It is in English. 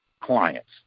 clients